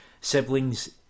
siblings